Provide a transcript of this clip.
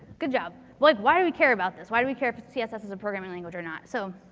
good job. like why do we care about this? why do we care if css is a programming language or not? so,